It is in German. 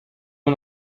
man